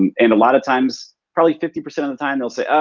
um and a lot of times, probably fifty percent of the time they'll say, oh,